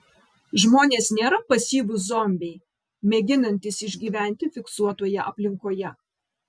žmonės nėra pasyvūs zombiai mėginantys išgyventi fiksuotoje aplinkoje